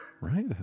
Right